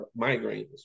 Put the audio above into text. migraines